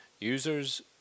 Users